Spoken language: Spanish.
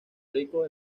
rico